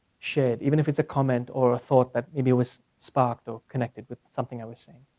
shared even if it's a comment or a thought that maybe it was spark though connected with something i was saying.